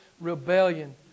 rebellion